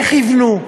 איך יבנו?